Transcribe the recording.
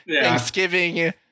Thanksgiving